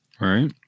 Right